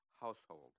household